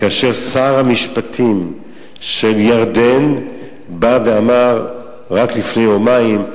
כאשר שר המשפטים של ירדן אמר רק לפני יומיים,